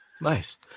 Nice